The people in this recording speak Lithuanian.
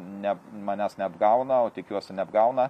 ne manęs neapgauna o tikiuosi neapgauna